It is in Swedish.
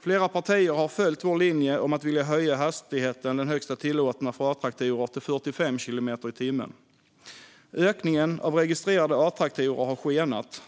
Flera partier har följt vår linje om att vilja höja den högsta tillåtna hastigheten för A-traktorer till 45 kilometer i timmen. Ökningen av registrerade Atraktorer har skenat.